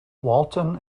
walton